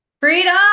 Freedom